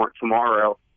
tomorrow